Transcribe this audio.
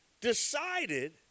decided